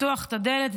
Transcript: לפתוח את הדלת,